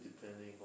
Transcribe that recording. depending